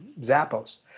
Zappos